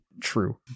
true